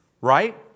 right